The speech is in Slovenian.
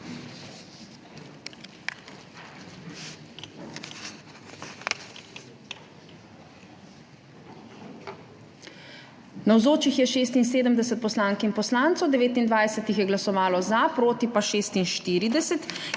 Navzočih je 76 poslank in poslancev, 29 jih je glasovalo za, proti pa 46.